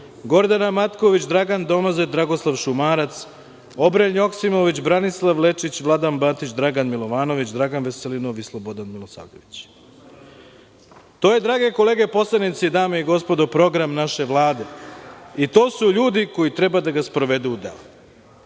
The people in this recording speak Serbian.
Gordana Marković, Dragan Domazet, Dragoslav Šumarac, Obren Joksimović, Branislav Lečić, Vladan Batić, Dragan Milovanović, Dragan Veselinov i Slobodan Milosavljević. To je, drage kolege poslanici, dame i gospodo, program naše Vlade i to su ljudi koji treba da ga sprovedu u